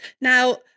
Now